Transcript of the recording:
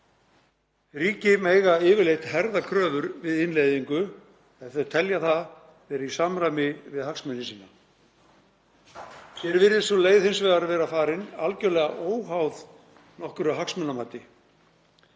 Ríki mega yfirleitt herða kröfur við innleiðingu ef þau telja það vera í samræmi við hagsmuni sína. Hér virðist sú leið hins vegar vera farin algerlega óháð nokkru hagsmunamati.